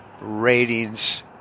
ratings